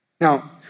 Now